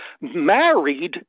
married